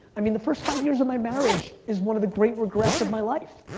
i mean, the first five years of my marriage is one of the great regrets of my life.